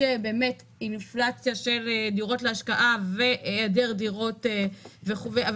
של אינפלציה של דירות להשקעה ועליית מחירים,